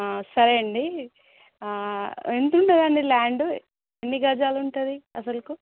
సరే అండి ఎంత ఉంటుందండి లాండ్ ఎన్ని గజాలు ఉంటుంది అసలికి